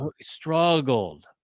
Struggled